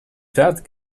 just